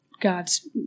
God's